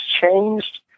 changed